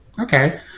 Okay